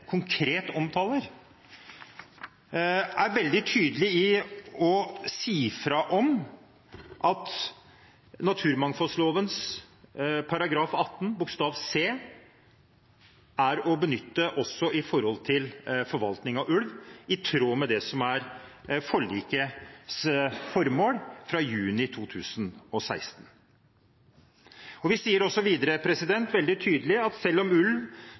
konkret omtaler – er å si veldig tydelig fra om at naturmangfoldloven § 18 bokstav c er å benytte også med hensyn til forvaltning av ulv, i tråd med det som er forlikets formål fra juni 2016. Vi sier også videre veldig tydelig at selv om ulv